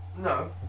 No